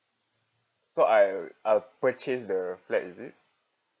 so I I'll purchase the flat is it